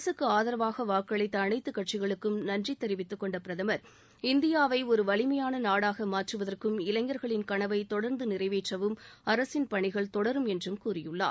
அரசுக்கு ஆதரவாக வாக்களித்த அனைத்துக் கட்சிகளுக்கும் நன்றி தெரிவித்துக் கொண்ட பிரதமர் இந்தியாவை ஒரு வலிமையான நாடாக மாற்றுவதற்கும் இளைஞர்களின் கனவை தொடர்ந்து நிறைவேற்றவும் அரசின் பணிகள் தொடரும் என்றும் கூறியுள்ளார்